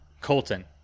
colton